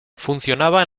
funcionaba